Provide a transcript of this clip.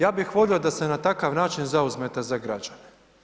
Ja bih volio da se na takav način zauzmete za građane.